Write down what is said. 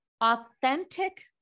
Authentic